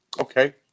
Okay